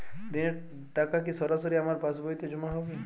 ঋণের টাকা কি সরাসরি আমার পাসবইতে জমা হবে?